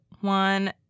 one